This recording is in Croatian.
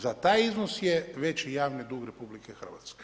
Za taj iznos je veći javni dug RH.